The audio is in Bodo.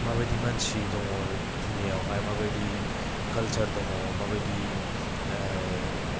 माबायदि मानसि दं दुनिआवहाय माबायदि कालसार दं माबायदि